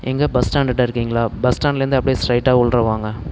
எங்கே பஸ் ஸ்டாண்டுகிட்ட இருக்கிங்களா பஸ் ஸ்டாண்டுலேருந்து அப்படியே ஸ்ட்ரைட்டாக உள்ளார வாங்க